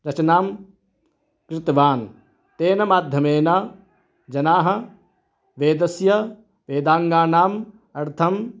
रचनां कृतवान् तेन माध्यमेन जनाः वेदस्य वेदाङ्गानाम् अर्थम्